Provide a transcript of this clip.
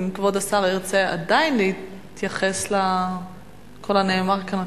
אם כבוד השר ירצה עדיין להתייחס לכל הנאמר כאן,